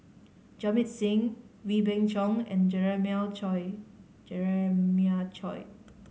Jamit Singh Wee Beng Chong and Jeremiah Choy Jeremiah Choy